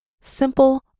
Simple